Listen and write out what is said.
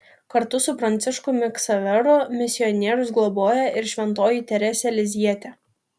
kartu su pranciškumi ksaveru misionierius globoja ir šventoji teresė lizjietė